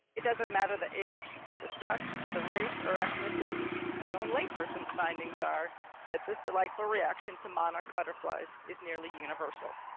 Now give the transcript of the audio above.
it doesn't matter the age, the sex, the race or ethnicity, my own lay person findings are that this delightful reaction to monarch butterflies is nearly universal.